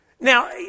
Now